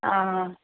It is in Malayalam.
ആ